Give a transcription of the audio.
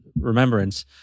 remembrance